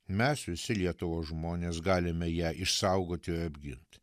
mes visi lietuvos žmonės galime ją išsaugoti ir apgint